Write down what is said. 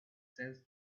sense